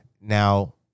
now